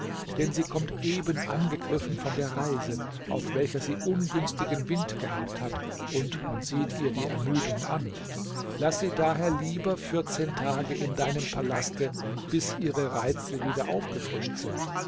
denn sie kommt eben angegriffen von der reise auf welcher sie ungünstigen wind gehabt hat und man sieht ihr die ermüdung an laß sie daher lieber vierzehn tage in deinem palaste bis ihre reize wieder aufgefrischt sind